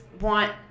want